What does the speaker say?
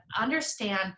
understand